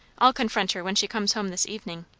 i'll confront her when she comes home this evening.